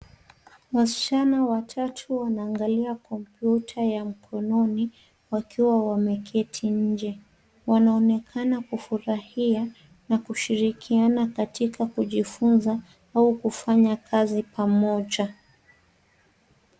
Wasichana watatu wanaangalia kompyuta ya mkononi wakiwa wameketi nje. Wanaonekana kufurahia na kushirikiana katika kujifunza au kufanya kazi pamoja.